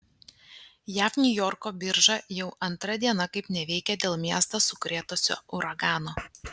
jav niujorko birža jau antra diena kaip neveikia dėl miestą sukrėtusio uragano